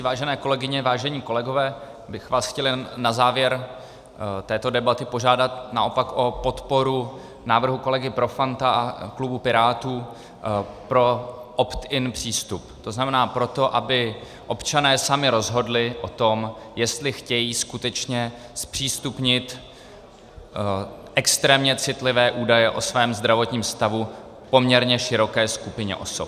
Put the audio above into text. Vážené kolegyně, vážení kolegové, já bych vás chtěl jen na závěr této debaty požádat naopak o podporu návrhu kolegy Profanta a klubu Pirátů pro optin přístup, to znamená pro to, aby občané sami rozhodli o tom, jestli chtějí skutečně zpřístupnit extrémně citlivé údaje o svém zdravotním stavu poměrně široké skupině osob.